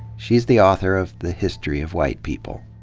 she's the author of the history of white people.